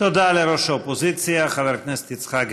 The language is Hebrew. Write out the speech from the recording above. תודה לראש האופוזיציה חבר הכנסת יצחק הרצוג.